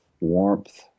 warmth